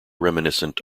reminiscent